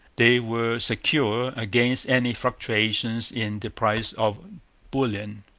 they were secure against any fluctuations in the price of bullion.